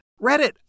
Reddit